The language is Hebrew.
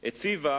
הציבה